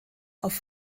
auf